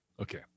Okay